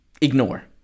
ignore